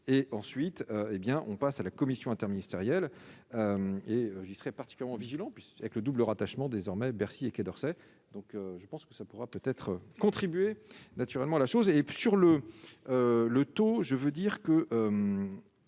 hé bien, on passe à la Commission interministérielle et j'y serai particulièrement vigilant puisque, avec le double rattachement désormais Bercy et Quai d'Orsay, donc je pense que ça pourra peut-être contribuer naturellement la chose et sur le le taux, je veux dire que